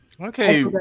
Okay